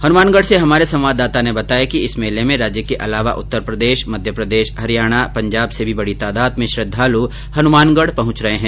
हनुमानगढ से हमारे संवाददाता ने बताया कि इस मेले में राज्य के अलावा उत्तर प्रदेश मध्यप्रदेश हरियाणा पंजाब से भी बड़ी तादात में श्रद्वालु हनुमानगढ़ पहुंच रहे है